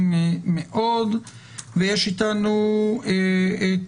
יש איתנו את